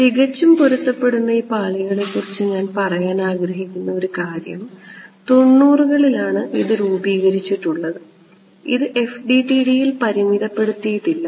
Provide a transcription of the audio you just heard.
തികച്ചും പൊരുത്തപ്പെടുന്ന ഈ പാളികളെക്കുറിച്ച് ഞാൻ പറയാൻ ആഗ്രഹിക്കുന്ന ഒരു കാര്യം 90 കളിലാണ് ഇത് രൂപീകരിച്ചിട്ടുള്ളത് ഇത് FDTD യിൽ പരിമിതപ്പെടുത്തിയിട്ടില്ല